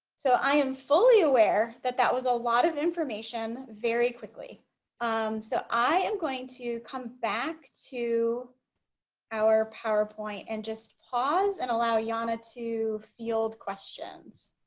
so i am fully aware that that was a lot of information very quickly um so i am going to come back to our powerpoint and just pause and allow jana to field questions.